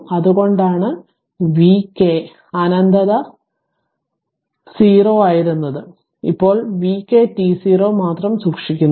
അതുകൊണ്ടാണ് vk അനന്തത 0 ആയിരുന്നത് ഇവിടെ vk t0 മാത്രം സൂക്ഷിക്കുന്നു